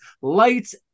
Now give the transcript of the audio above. lights